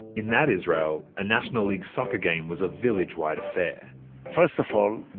in that israel, a national-league soccer game was a village-wide affair first of all,